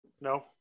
No